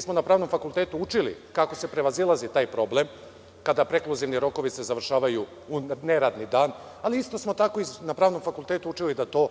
smo na pravnom fakultetu učili, kako se prevazilazi taj problem, kada se prekluzivni rokovi završavaju u neradni dan, ali isto smo tako na pravnom fakultetu učili da to